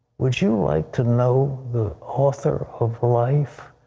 would you like to know the author of life?